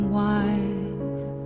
wife